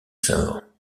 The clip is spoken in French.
savant